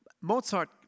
Mozart